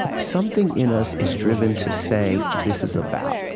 something in us is driven to say, this is about,